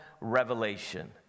revelation